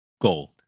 gold